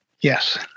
Yes